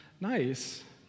nice